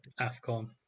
AFCON